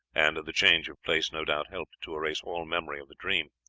and the change of place no doubt helped to erase all memory of the dream.